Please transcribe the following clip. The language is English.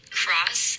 cross